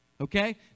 Okay